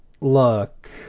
look